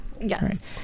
Yes